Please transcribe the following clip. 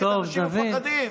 אנשים מפחדים,